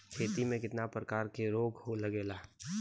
खेती में कितना प्रकार के रोग लगेला?